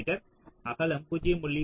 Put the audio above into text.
me அகலம் 0